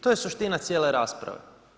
To je suština cijele rasprave.